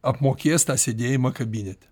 apmokės tą sėdėjimą kabinete